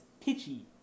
pitchy